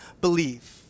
believe